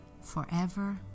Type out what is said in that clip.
forever